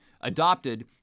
adopted—